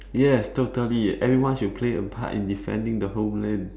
yes totally everyone should play a part in defending the homeland